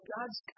God's